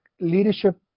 leadership